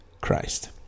christ